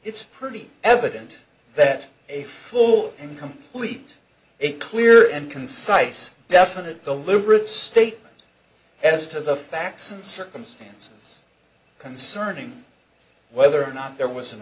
it's pretty evident that a full and complete a clear and concise definite deliberate statement as to the facts and circumstances concerning whether or not there was an